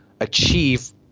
achieve